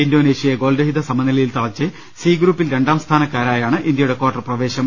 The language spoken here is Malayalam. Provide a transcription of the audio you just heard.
ഇന്തോനേഷ്യയെ ഗോൾരഹിത സമനിലയിൽ തളച്ച് സി ഗ്രൂപ്പിൽ രണ്ടാം സ്ഥാനക്കാരായാണ് ഇന്ത്യയുടെ കാർട്ടർ പ്രവേശം